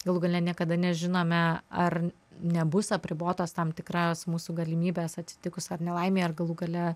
galų gale niekada nežinome ar nebus apribotos tam tikros mūsų galimybės atsitikus ar nelaimei ar galų gale